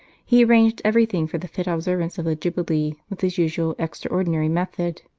he arranged everything for the fit observance of the jubilee with his usual extraordinary method.